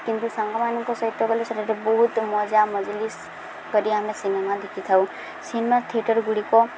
କିନ୍ତୁ ସାଙ୍ଗମାନଙ୍କ ସହିତ କଲେ ସେଠି ବହୁତ ମଜା ମଜଲିସ୍ କରି ଆମେ ସିନେମା ଦେଖିଥାଉ ସିନେମା ଥିଏଟର୍ଗୁଡ଼ିକ